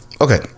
okay